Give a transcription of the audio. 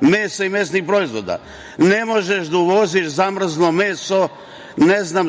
mesa i mesnih proizvoda – ne možeš da uvoziš zamrzlo meso